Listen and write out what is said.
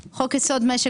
רוויזיה על הסתייגות מס'